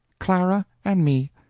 clara, and me.